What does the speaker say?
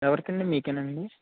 ఎవరికండి మీకేనా అండి